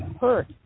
hurt